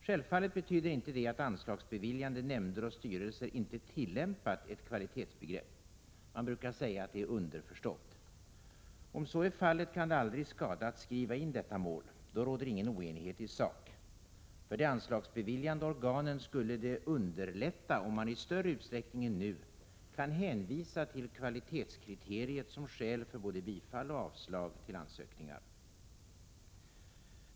Självfallet betyder inte det att anslagsbeviljande nämnder och styrelser inte tillämpat ett kvalitetsbegrepp. Man brukar säga att det är underförstått. Om så är fallet kan det aldrig skada att skriva in detta mål. Då råder ingen oenighet i sak. För de anslagsbeviljande organen skulle det underlätta om man i större utsträckning än nu är fallet kan hänvisa till kvalitetskriteriet som skäl för såväl bifall till som avslag på ansökningar.